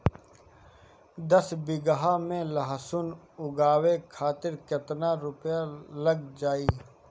दस बीघा में लहसुन उगावे खातिर केतना रुपया लग जाले?